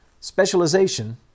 Specialization